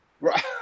Right